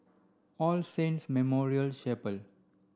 all Saints Memorial Chapel